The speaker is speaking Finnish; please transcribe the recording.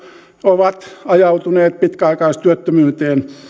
ovat ajautuneet pitkäaikaistyöttömyyteen